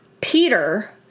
Peter